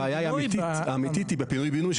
הבעיה האמיתית היא בפינוי בינוי,